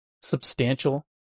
substantial